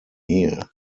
here